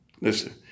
listen